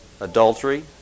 adultery